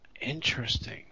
interesting